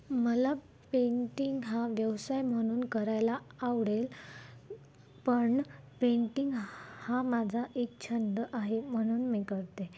मला पेंटिंग हा व्यवसाय म्हणून करायला आवडेल पण पेंटिंग हा माझा एक छंद आहे म्हणून मी करते